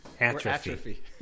Atrophy